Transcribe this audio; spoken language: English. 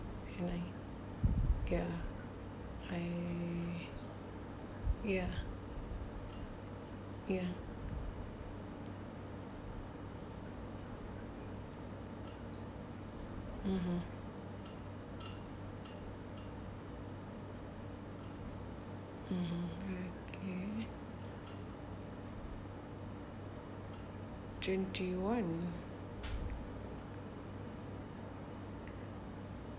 I ya I ya ya (uh huh) (uh huh) okay twenty one